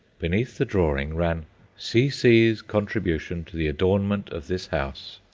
beneath the drawing ran c c s contribution to the adornment of this house.